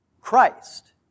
Christ